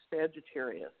Sagittarius